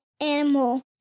animal